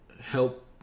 help